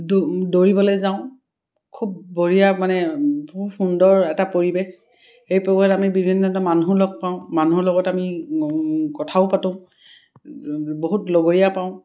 দৌৰিবলৈ যাওঁ খুব বঢ়িয়া মানে খুব সুন্দৰ এটা পৰিৱেশ সেই পৰিৱেশত আমি বিভিন্ন ধৰণৰ মানুহো লগ পাওঁ মানুহৰ লগত আমি কথাও পাতোঁ বহুত লগৰীয়া পাওঁ